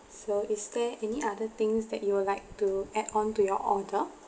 so is there any other things that you would like to add on to your order